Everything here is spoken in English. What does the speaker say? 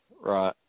Right